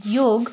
योग